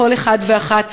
לכל אחד ואחת,